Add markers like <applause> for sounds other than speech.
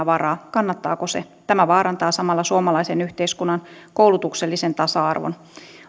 <unintelligible> varaa kannattaako se tämä vaarantaa samalla suomalaisen yhteiskunnan koulutuksellisen tasa arvon